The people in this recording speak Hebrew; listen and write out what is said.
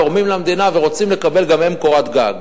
תורמים למדינה ורוצים לקבל גם הם קורת-גג.